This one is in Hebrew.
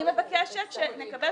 שאתם עושים